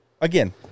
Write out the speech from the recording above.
again